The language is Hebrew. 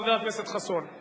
חבר הכנסת יואל חסון,